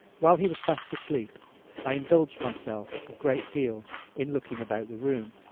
while he was fast asleep i indulged myself a great deal in looking about the room,